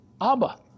Abba